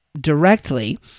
directly